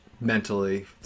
mentally